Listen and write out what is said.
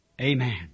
Amen